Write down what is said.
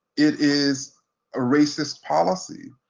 it is a racist policy,